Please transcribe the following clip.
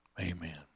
Amen